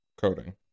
coding